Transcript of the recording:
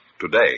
today